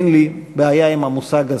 אין לי בעיה עם המושג הזה.